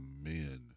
men